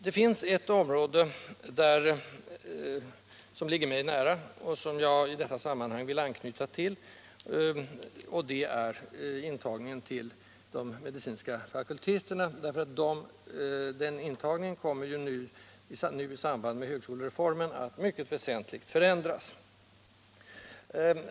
Det finns ett område som ligger mig nära och som jag i detta sammanhang vill anknyta till, och det är intagningen till de medicinska fakulteterna. Den intagningen kommer nu i samband med högskolereformen att mycket väsentligt förändras.